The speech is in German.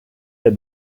der